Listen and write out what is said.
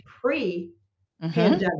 pre-pandemic